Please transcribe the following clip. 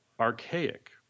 archaic